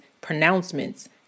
pronouncements